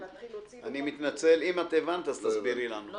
לא הבנתי.